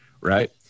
right